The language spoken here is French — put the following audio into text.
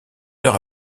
heure